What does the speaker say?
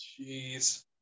Jeez